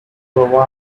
provided